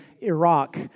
Iraq